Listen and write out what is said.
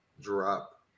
drop